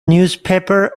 newspaper